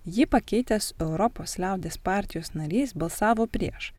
jį pakeitęs europos liaudies partijos narys balsavo prieš